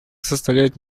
составляют